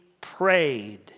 prayed